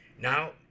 Now